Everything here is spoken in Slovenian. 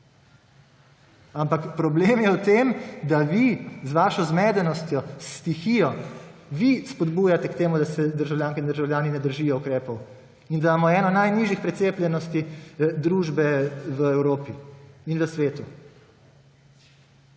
Ampak problem je v tem, da vi z vašo zmedenostjo, s stihijo vi spodbujate k temu, da se državljanke in državljani ne držijo ukrepov in da imamo eno najnižjih precepljenosti družbe v Evropi in v svetu.